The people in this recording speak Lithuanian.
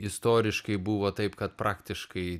istoriškai buvo taip kad praktiškai